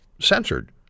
censored